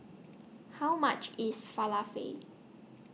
How much IS Falafel